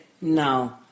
no